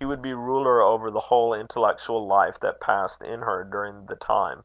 he would be ruler over the whole intellectual life that passed in her during the time